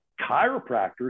chiropractors